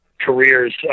careers